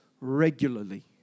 regularly